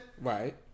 right